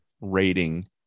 rating